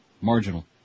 marginal